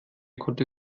konnte